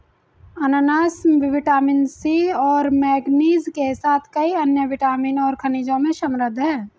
अनन्नास vitamin C और manganese के साथ कई अन्य विटामिन और खनिजों में समृद्ध हैं